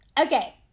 Okay